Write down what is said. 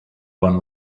won